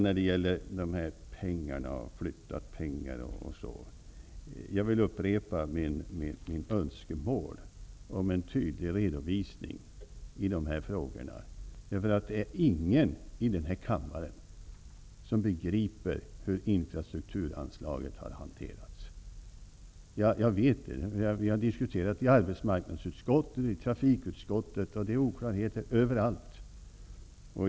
När det gäller att flytta pengar mellan olika projekt vill jag upprepa mitt önskemål om en tydlig redovisning i de här frågorna. Ingen i den här kammaren begriper hur infrastrukturanslaget har hanterats. Det vet jag. Vi har diskuterat i arbetsmarknadsutskottet och i trafikutskottet, det är oklarheter överallt.